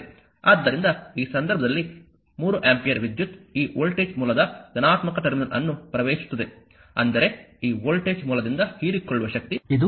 ಆದ್ದರಿಂದ ಈ ಸಂದರ್ಭದಲ್ಲಿ 3 ಆಂಪಿಯರ್ ವಿದ್ಯುತ್ ಈ ವೋಲ್ಟೇಜ್ ಮೂಲದ ಧನಾತ್ಮಕ ಟರ್ಮಿನಲ್ ಅನ್ನು ಪ್ರವೇಶಿಸುತ್ತದೆ ಅಂದರೆ ಈ ವೋಲ್ಟೇಜ್ ಮೂಲದಿಂದ ಹೀರಿಕೊಳ್ಳುವ ಶಕ್ತಿ ಇದು p1